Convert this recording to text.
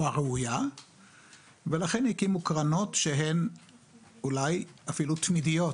הראויה ולכן הקימו קרנות שהן אולי אפילו תמידיות,